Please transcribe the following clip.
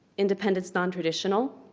independence non-traditional,